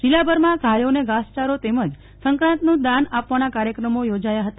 જીલ્લાભરમાં ગાયોને ઘાસચારો તેમજ સક્રાંતનું દાન આપવાના કાર્યક્રમો યોજાયા હતા